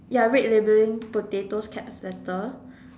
ya red labeling potato caps letter